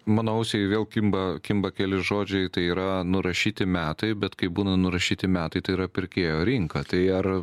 mano ausiai vėl kimba kimba keli žodžiai tai yra nurašyti metai bet kai būna nurašyti metai tai yra pirkėjo rinka tai ar